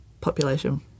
population